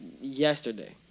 yesterday